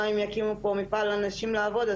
אבל גם אם יקימו פה מפעל לנשים לעבוד,